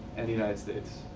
and the united states.